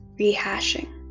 rehashing